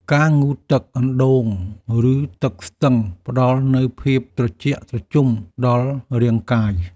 ការងូតទឹកអណ្តូង ឬទឹកស្ទឹង ផ្តល់នូវភាពត្រជាក់ត្រជុំដល់រាងកាយ។